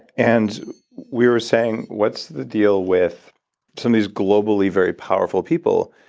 and we were saying, what's the deal with some of these globally very powerful people?